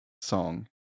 song